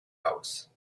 house